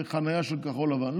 בחניה של כחול לבן?